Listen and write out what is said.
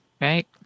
Right